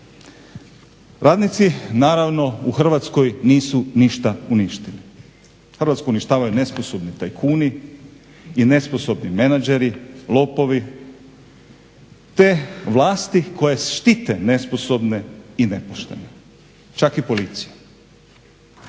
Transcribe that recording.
Radnici naravno u Hrvatskoj nisu ništa uništili. Hrvatsku uništavaju nesposobni tajkuni i nesposobni menadžeri, lopovi, te vlasti koje štite nesposobne i nepoštene čak i policija.